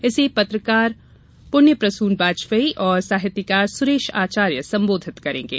इसे पत्रकार पुण्य प्रसून वाजपेयी और साहित्यकार सुरेश आचार्य संबोधित करेंगे